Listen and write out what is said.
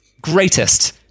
greatest